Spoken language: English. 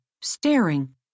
staring